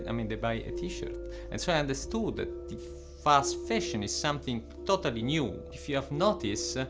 i mean they buy a t-shirt. and so i understood that fast fashion is something totally new. if you have noticed,